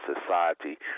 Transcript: society